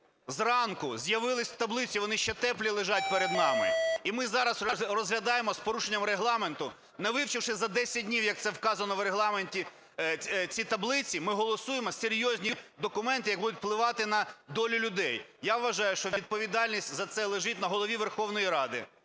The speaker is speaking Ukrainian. зранку з'явились таблиці, вони ще теплі лежать перед нами. І ми зараз розглядаємо з порушенням Регламенту, не вивчивши за 10 днів, як це вказано в Регламенті, ці таблиці. Ми голосуємо серйозні документи, які будуть впливати на долю людей. Я вважаю, що відповідальність за це лежить на Голові Верховної Ради